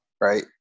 Right